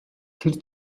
тэр